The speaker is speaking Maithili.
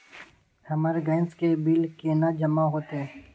हमर गैस के बिल केना जमा होते?